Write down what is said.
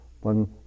one